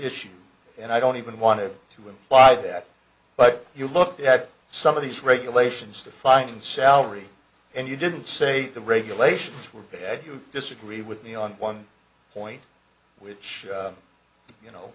issue and i don't even want it to imply that but you look at some of these regulations to find salary and you didn't say the regulations were ok you disagree with me on one point which you know